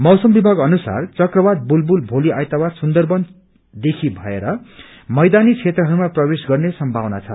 मौसम विभाग अनुसार चक्रवात बुलबुल भोलि आइतवार सुन्दखन देखि भएर मैदानी क्षेत्रहरूमा प्रवेश गर्ने संभवना छ